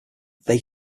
they